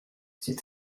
c’est